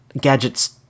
Gadget's